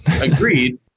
Agreed